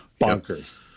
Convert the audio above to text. bonkers